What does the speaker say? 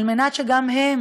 על מנת שגם הם,